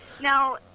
Now